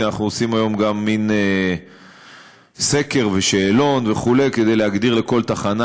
כי אנחנו עושים היום גם מין סקר ושאלון וכו' כדי להגדיר לכל תחנה